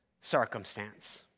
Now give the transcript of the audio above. circumstance